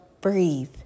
breathe